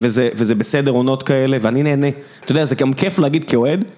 וזה בסדר עונות כאלה ואני נהנה, אתה יודע זה גם כיף להגיד כאוהד.